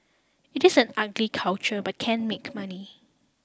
it is an ugly culture but can make money